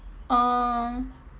oh